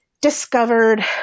discovered